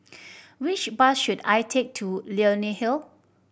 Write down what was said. which bus should I take to Leonie Hill